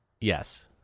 Yes